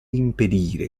impedire